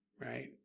right